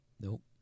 Nope